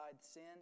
sin